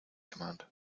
command